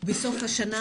בסוף השנה,